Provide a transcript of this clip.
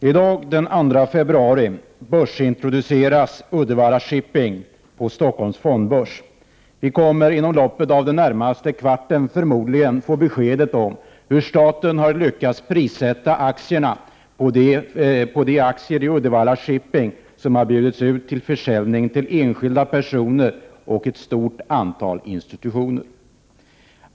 Fru talman! I dag, den 2 februari, börsintroduceras Uddevalla Shipping på Stockholms fondbörs. Vi kommer förmodligen att under loppet av den närmaste kvarten få besked om hur staten har lyckats prissätta de aktier i Uddevalla Shipping som har bjudits ut till försäljning till enskilda personer och ett stort antal institutioner.